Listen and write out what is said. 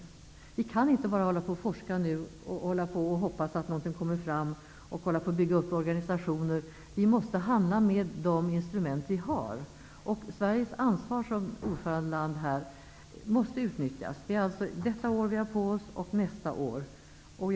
Vi kan inte nu bara ägna oss åt forskning, hoppas på att något resultat skall komma fram och att bygga upp organisationer. Vi måste handla med de instrument vi har. Sveriges ansvar som ordförandeland måste utnyttjas. Det är detta och nästa år som vi har på oss.